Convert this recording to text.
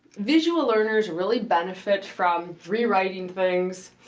visual learners really benefit from re-writing things.